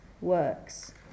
works